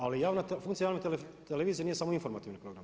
Ali funkcija javne televizije nije samo informativni program.